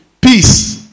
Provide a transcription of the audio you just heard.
Peace